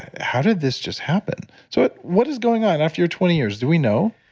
how did this just happen? so what is going on after your twenty years? do we know?